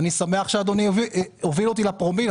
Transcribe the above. אני שמח שאדוני הוביל אותי לפרומיל.